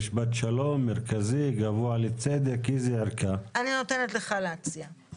לא יכול להיות שאין לכם אמירה בעניין,